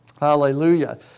Hallelujah